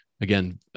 again